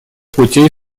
путей